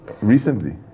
recently